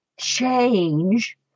change